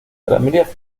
ramírez